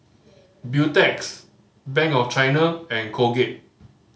Beautex Bank of China and Colgate